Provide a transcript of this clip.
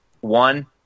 one